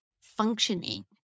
functioning